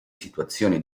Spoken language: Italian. situazione